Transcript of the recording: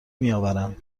میآورند